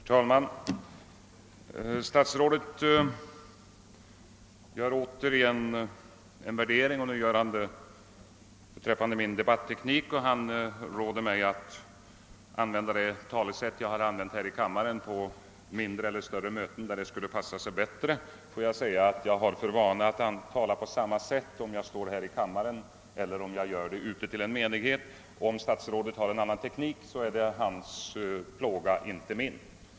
Herr talman! Statsrådet gör återigen en värdering — nu gäller det min debatteknik. Jag får rådet att använda den debatteknik jag tillämpat här i kammaren på större eller mindre möten, där den skulle passa bättre. Låt mig då säga att jag har för vana att tala på samma sätt vare sig jag står här i kammaren el ler ute på ett möte. Om statsrådet har en annan teknik är det hans plåga, inte min.